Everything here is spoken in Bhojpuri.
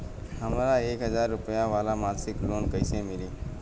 हमरा एक हज़ार रुपया वाला मासिक लोन कईसे मिली?